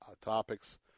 topics